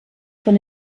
von